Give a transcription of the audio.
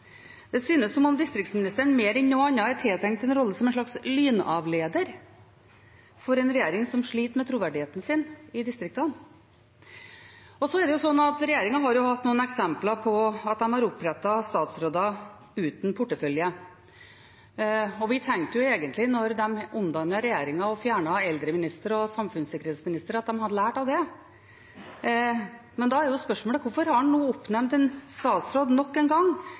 Det synes som om distriktsministeren mer enn noe annet er tiltenkt en rolle som en slags lynavleder for en regjering som sliter med troverdigheten i distriktene. Regjeringen har hatt noen eksempler på at de har utnevnt statsråder uten portefølje. Vi tenkte jo da de omdannet regjeringen og fjernet eldreministeren og samfunnssikkerhetsministeren, at de hadde lært av det. Da er spørsmålet: Hvorfor har de nå nok en gang oppnevnt en statsråd